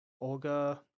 Olga